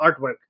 artwork